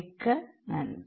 மிக்க நன்றி